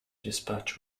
dispatch